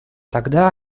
тогда